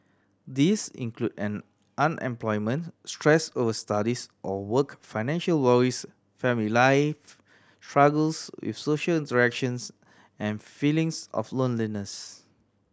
these include an unemployment stress over studies or work financial worries family life struggles with social interactions and feelings of loneliness